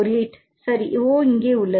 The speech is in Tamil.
8 சரி O இங்கே உள்ளது